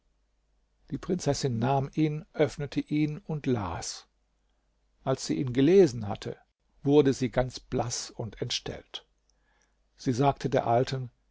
die prinzessin nahm ihn öffnete ihn und las als sie ihn gelesen hatte wurde sie ganz blaß und entstellt sie sagte der alten